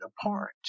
apart